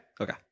Okay